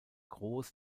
groß